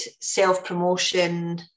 self-promotion